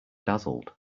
dazzled